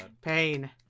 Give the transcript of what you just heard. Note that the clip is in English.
pain